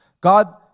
God